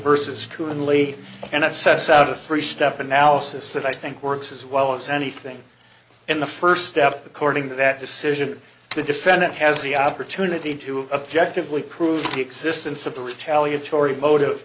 versus currently and assess out of every step analysis that i think works as well as anything in the first step according to that decision to defendant has the opportunity to objective we prove the existence of the retaliatory motive